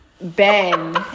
ben